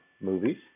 movies